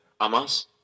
Amas